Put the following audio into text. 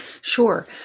Sure